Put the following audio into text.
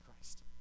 Christ